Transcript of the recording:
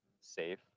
safe